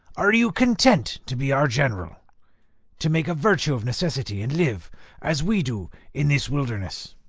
are you content to be our general to make a virtue of necessity, and live as we do in this wilderness?